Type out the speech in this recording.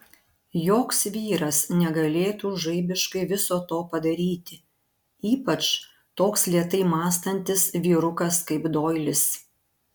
joks vyras negalėtų žaibiškai viso to padaryti ypač toks lėtai mąstantis vyrukas kaip doilis